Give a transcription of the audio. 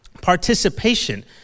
participation